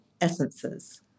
essences